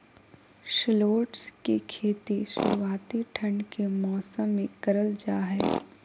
shallots के खेती शुरुआती ठंड के मौसम मे करल जा हय